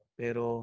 pero